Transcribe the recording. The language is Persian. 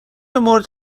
مورد